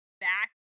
back